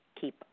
keep